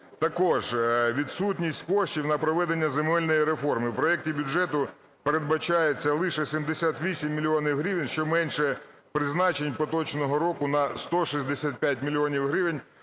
Також відсутність коштів на проведення земельної реформи. У проектів бюджету передбачається лише 78 мільйонів гривень, що менше призначень поточного року на 165 мільйонів